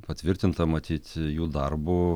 patvirtinta matyt jų darbu